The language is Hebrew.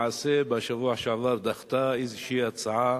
שעבר דחתה איזושהי הצעה